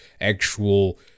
actual